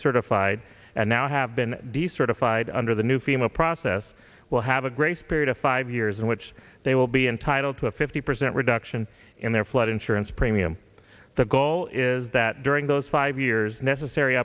certified and now have been decertified under the new fema process will have a grace period of five years in which they will be entitled to a fifty percent reduction in their flood insurance premium the goal is that during those five years necessary